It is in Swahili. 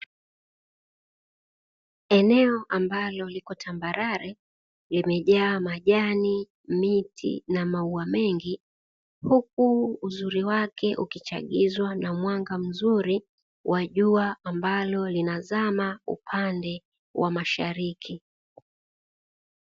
Eneo ambalo lipo tambarare limejaa majani, miti na maua mengi huku uzuri wake ukichagizwa na mwanga mzuri wa jua ambalo linazama upande wa mashariki.